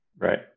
right